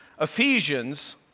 Ephesians